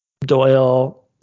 doyle